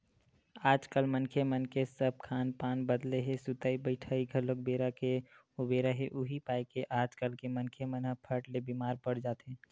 आजकल मनखे मन के सब खान पान बदले हे सुतई बइठई घलोक बेरा के उबेरा हे उहीं पाय के आजकल के मनखे मन ह फट ले बीमार पड़ जाथे